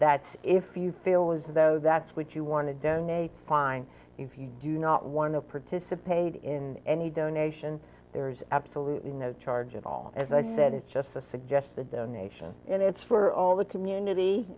that if you feel as though that's what you want to donate fine if you do not want to participate in any donation there is absolutely no charge of all as i said it's just to suggest the donation and it's for all the community